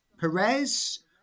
Perez